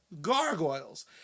gargoyles